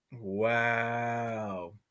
Wow